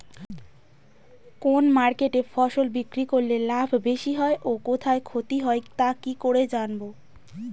কোন মার্কেটে ফসল বিক্রি করলে লাভ বেশি হয় ও কোথায় ক্ষতি হয় তা কি করে জানবো?